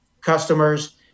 customers